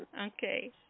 Okay